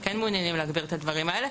כן מעוניינים להגביר את הדברים האלה.